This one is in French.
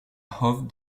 hof